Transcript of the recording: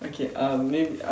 okay uh may~